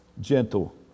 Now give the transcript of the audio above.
Gentle